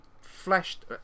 fleshed